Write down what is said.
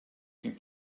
syn